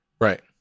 Right